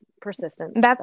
persistence